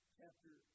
chapter